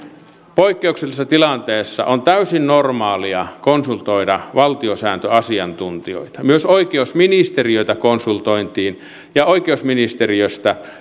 poikkeuksellisessa tilanteessa on täysin normaalia konsultoida valtiosääntöasiantuntijoita myös oikeusministeriötä konsultoitiin ja oikeusministeriöstä